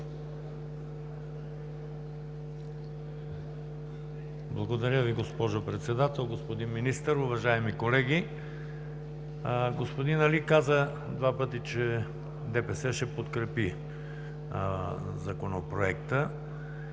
Благодаря Ви, госпожо Председател. Господин Министър, уважаеми колеги! Господин Али каза два пъти, че ДПС ще подкрепи Законопроекта.